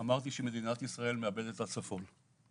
אמרתי שמדינת ישראל מאבדת את הצפון.